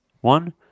one